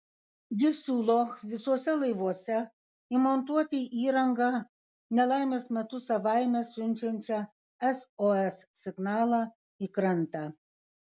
jis siūlo visuose laivuose įmontuoti įrangą nelaimės metu savaime siunčiančią sos signalą į krantą